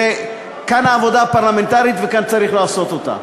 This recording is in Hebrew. כאן העבודה הפרלמנטרית וכאן צריך לעשות אותה.